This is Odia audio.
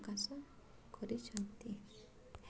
ପ୍ରକାଶ କରିଛନ୍ତି